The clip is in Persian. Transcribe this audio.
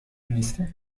نیستم